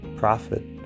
profit